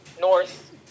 north